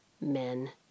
men